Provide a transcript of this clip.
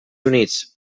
units